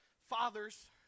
Fathers